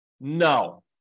No